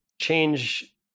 change